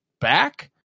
back